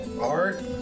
art